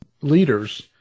leaders